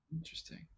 Interesting